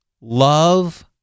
love